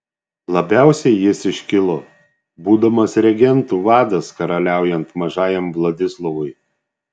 labiausiai jis iškilo būdamas regentų vadas karaliaujant mažajam vladislovui